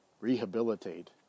rehabilitate